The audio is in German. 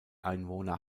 einwohner